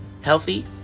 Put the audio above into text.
healthy